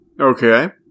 Okay